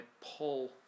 pull